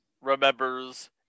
remembers